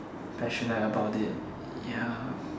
passionate about it ya